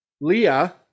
Leah